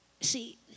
see